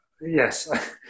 yes